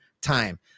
time